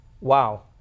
Wow